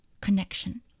connection